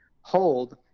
hold